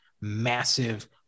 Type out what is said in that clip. massive